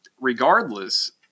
regardless